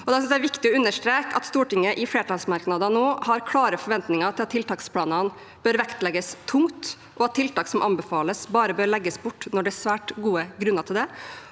det er viktig å understreke at Stortinget i flertallsmerknadene har klare forventninger til at tiltaksplanene bør vektlegges tungt, og at tiltak som anbefales, bare bør legges bort når det er svært gode grunner til det.